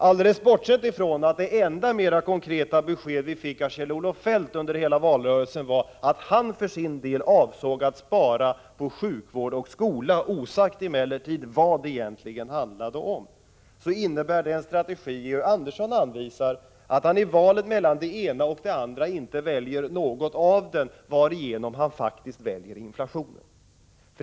Alldeles bortsett från att det enda mer konkreta besked vi fick av Kjell-Olof Feldt under hela valrörelsen var att han för sin del avsåg att spara på sjukvård och skola — osagt emellertid vad det egentligen handlade om — innebär den strategi Georg Andersson anvisar att han i valet mellan det ena och det andra inte väljer något av dem varigenom han faktiskt väljer inflationen.